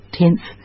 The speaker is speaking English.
tenth